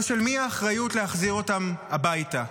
אבל של מי האחריות להחזיר אותם הביתה?